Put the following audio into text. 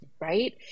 right